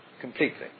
completely